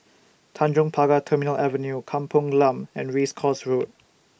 Tanjong Pagar Terminal Avenue Kampung Glam and Race Course Road